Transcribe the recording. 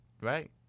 Right